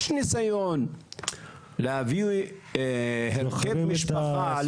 יש ניסיון להביא הרכב משפחה לפחות.